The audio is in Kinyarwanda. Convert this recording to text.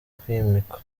kwimikwa